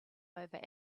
over